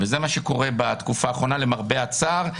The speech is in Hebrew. וזה מה שקורה בתקופה האחרונה למרבה הצער,